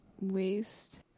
waste